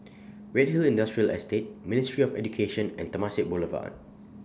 Redhill Industrial Estate Ministry of Education and Temasek Boulevard